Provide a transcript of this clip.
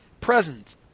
present